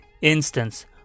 instance